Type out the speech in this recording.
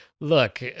look